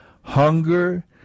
Hunger